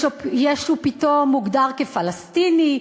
ישו פתאום מוגדר כפלסטיני,